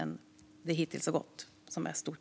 Behovet är ju stort.